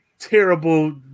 terrible